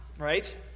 right